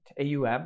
AUM